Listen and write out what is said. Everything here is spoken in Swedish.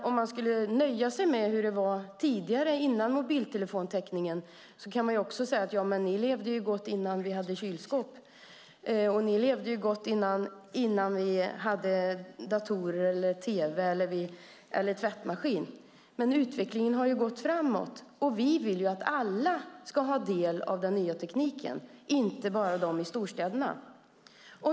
Om de skulle nöja med sig med hur det var tidigare, före mobiltelefontäckningen, kan man också säga att de levde gott innan de hade kylskåp, datorer, tv eller tvättmaskin. Men utvecklingen har gått framåt, och vi vill att alla ska ha del av den nya tekniken, inte bara de i storstäderna.